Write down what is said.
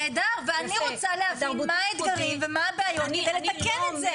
אז אני רוצה להבין מה האתגרים ומה הבעיות כדי לתקן את זה.